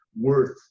worth